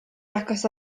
agos